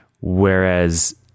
Whereas